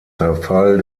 zerfall